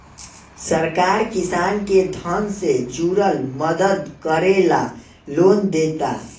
सरकार किसान के धन से जुरल मदद करे ला लोन देता